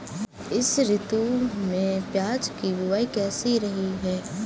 इस ऋतु में प्याज की बुआई कैसी रही है?